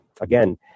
Again